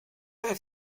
have